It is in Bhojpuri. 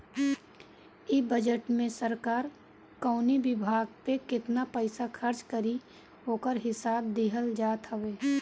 इ बजट में सरकार कवनी विभाग पे केतना पईसा खर्च करी ओकर हिसाब दिहल जात हवे